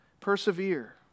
Persevere